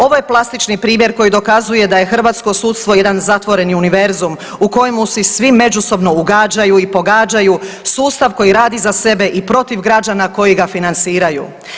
Ovo je plastični primjer koji dokazuje da je hrvatski sudstvo jedan zatvoreni univerzum u kojemu si svi međusobno ugađaju i pogađaju, sustav koji radi za sebe i protiv građana koji ga financiraju.